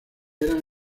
eran